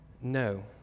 No